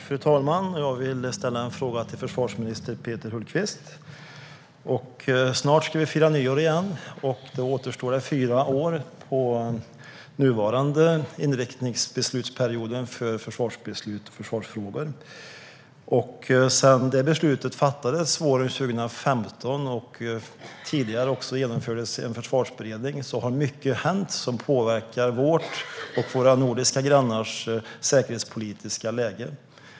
Fru talman! Jag vill ställa en fråga till försvarsminister Peter Hultqvist. Snart ska vi fira nyår igen. Då återstår det fyra år av den nuvarande inriktningsbeslutsperioden för försvarsbeslut och försvarsfrågor. Sedan det beslutet fattades våren 2015 - tidigare genomfördes också en försvarsberedning - har mycket hänt som påverkar vårt och våra nordiska grannars säkerhetspolitiska läge.